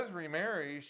remarry